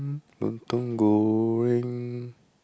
hm lontong-goreng